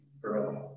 forever